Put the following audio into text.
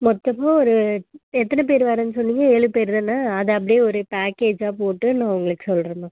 மொத்தமாக ஒரு எத்தனை பேர் வரேன்னு சொன்னீங்க ஏழு பேர் தான அதை அப்படியே ஒரு பேக்கேஜ்ஜாக போட்டு நான் உங்களுக்கு சொல்கிறேன் மேம்